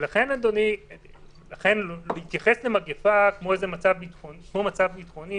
לכן להתייחס למגפה כמו למצב ביטחוני